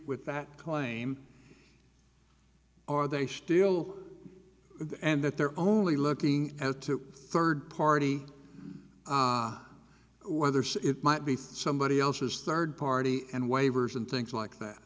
with that claim are they still and that they're only looking at two third party whether it might be somebody else's third party and waivers and things like that